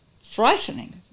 frightening